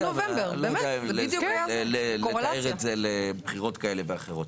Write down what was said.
אני לא יודע לתאר את זה לבחירות כאלה ואחרות.